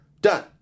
Done